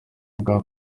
bwa